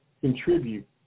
contribute